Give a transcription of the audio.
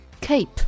Cape